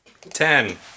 Ten